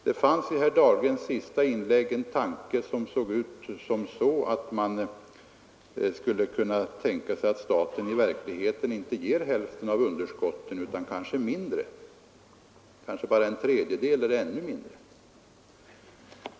Det kom fram i herr Dahlgrens senaste inlägg något av en tanke att staten i verkligheten inte bidrar med hälften för att täcka underskottet utan kanske bara med en tredjedel eller ännu mindre.